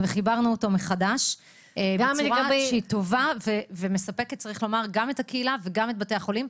וחיברנו אותו מחדש בצורה טובה שמספקת גם את הקהילה וגם את בתי החולים.